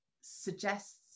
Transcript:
suggests